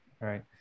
right